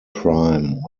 prime